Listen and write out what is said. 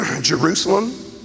Jerusalem